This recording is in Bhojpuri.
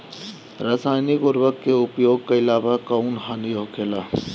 रसायनिक उर्वरक के उपयोग कइला पर कउन हानि होखेला?